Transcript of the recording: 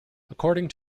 according